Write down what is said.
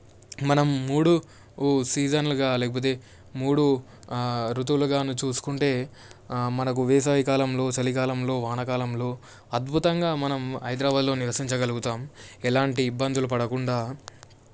మనం మూడు సీజన్లుగా లేకపోతే మూడు ఋతువులుగానూ చూసుకుంటే మనకు వేసవికాలంలో చలికాలంలో వానకాలంలో అద్భుతంగా మనం హైదరాబాదులో నివసించగలుగుతాం ఎలాంటి ఇబ్బందులు పడకుండా